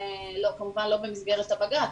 כמובן לא במסגרת הבג"צ,